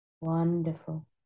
Wonderful